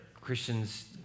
Christians